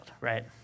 right